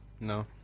No